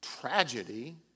tragedy